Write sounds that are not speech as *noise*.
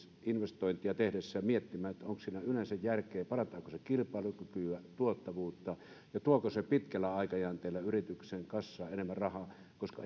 investointeja tehdessään miettimään onko siinä yleensä järkeä parantaako se kilpailukykyä tuottavuutta ja tuoko se pitkällä aikajänteellä yrityksen kassaan enemmän rahaa koska *unintelligible*